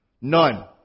None